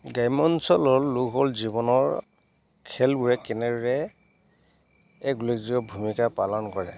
গ্ৰাম্য অঞ্চলৰ লোক হ'ল জীৱনৰ খেলবোৰে কেনেদৰে এক উল্লেখযোগ ভূমিকা পালন কৰে